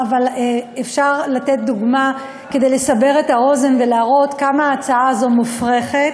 אפשר לתת דוגמה כדי לסבר את האוזן ולהראות כמה ההצעה הזאת מופרכת.